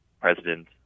president